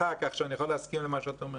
לכן אני יכול להסכים עם מה שאת אומרת.